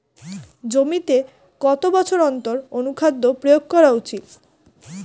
জমিতে কত বছর অন্তর অনুখাদ্য প্রয়োগ করা উচিৎ?